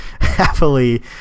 happily